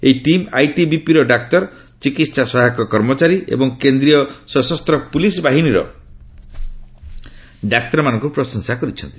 ଏହି ଟିମ୍ ଆଇଟିବିପିର ଡାକ୍ତର ଚିକିତ୍ସା ସହାୟକ କର୍ମଚାରୀ ଏବଂ କେନ୍ଦ୍ରୀୟ ସଶସ୍ତ ପୁଲିସ୍ ବାହିନୀର ଡାକ୍ତରମାନଙ୍କୁ ପ୍ରଶଂସା କରିଛନ୍ତି